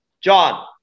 John